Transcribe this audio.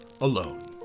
alone